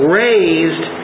raised